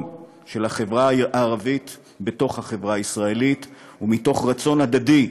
של החברה הערבית בתוך החברה הישראלית ומתוך רצון הדדי,